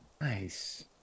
Nice